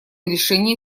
решения